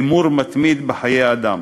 הימור מתמיד בחיי אדם.